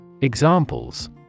Examples